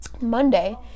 Monday